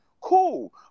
Cool